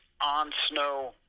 on-snow